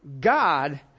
God